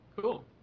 cool